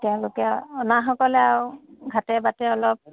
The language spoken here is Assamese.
তেওঁলোকে অনাসকলে আৰু ঘাতে বাতে অলপ